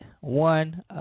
one